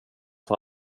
för